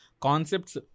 Concepts